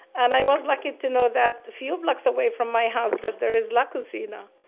and i was lucky to know that a few blocks away from my house that there is la cocina.